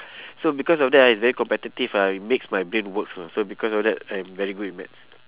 so because of that ah it's very competitive ah it makes my brain works know so because of that I'm very good in maths